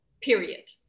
period